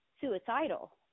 suicidal